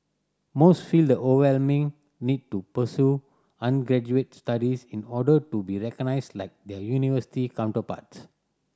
most feel the overwhelming need to pursue undergraduate studies in order to be recognised like their university counterparts